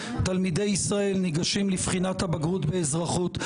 תלמידי ישראל ניגשים לבחינת הבגרות באזרחות.